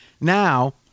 Now